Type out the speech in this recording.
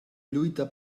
lluita